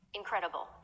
incredible